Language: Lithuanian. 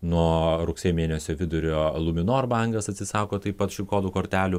nuo rugsėjo mėnesio vidurio luminor bankas atsisako taip pat šių kodų kortelių